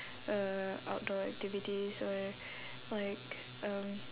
uh outdoor activities or like um